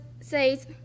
says